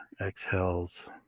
exhales